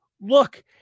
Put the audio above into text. look